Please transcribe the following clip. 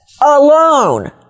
alone